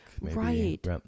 Right